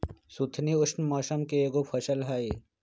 सुथनी उष्ण मौसम के एगो फसल हई